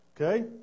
Okay